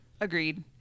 Agreed